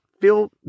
feel